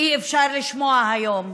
אי-אפשר לשמוע היום,